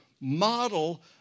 model